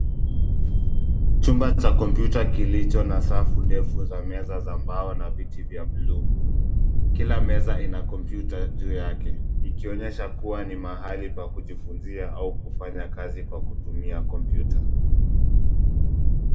Chumba cha kompyuta kilicho na safu ndefu za meza za mbao na viti vya bluu. Kila meza ina kompyuta juu yake, ikionyesha kuwa ni mahali pa kujifunzia au kufanya kazi kwa kutumia kompyuta.